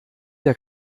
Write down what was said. der